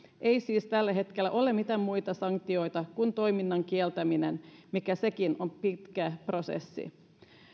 ei siis tällä hetkellä ole mitään muita sanktioita kuin toiminnan kieltäminen mikä sekin on pitkä prosessi